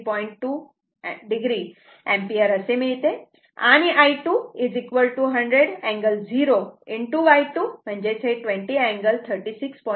2 o ampere असे मिळते आणि I 2100 अँगल 0 Y 2 20 अँगल 36